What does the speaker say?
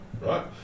right